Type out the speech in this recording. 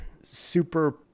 super